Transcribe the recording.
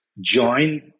join